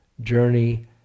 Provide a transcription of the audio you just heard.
journey